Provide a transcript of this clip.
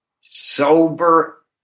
sober